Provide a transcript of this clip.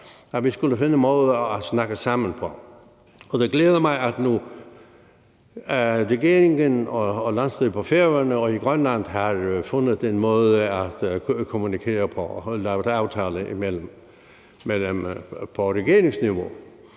at vi skulle finde en måde at snakke sammen på, og det glæder mig, at regeringen og landsstyret på Færøerne og i Grønland har fundet en måde at kommunikere på og har lavet aftaler på regeringsniveau.